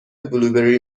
بلوبری